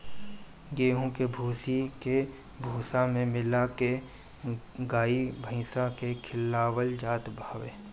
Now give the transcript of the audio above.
गेंहू के भूसी के भूसा में मिला के गाई भाईस के खियावल जात हवे